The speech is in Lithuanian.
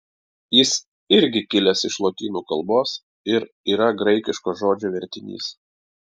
jis irgi kilęs iš lotynų kalbos ir yra graikiško žodžio vertinys